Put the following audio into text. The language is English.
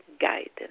guidance